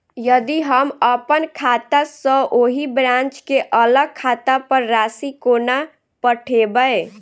यदि हम अप्पन खाता सँ ओही ब्रांच केँ अलग खाता पर राशि कोना पठेबै?